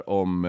om